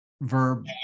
verb